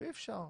ואי אפשר.